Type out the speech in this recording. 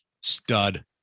Stud